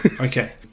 Okay